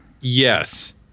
Yes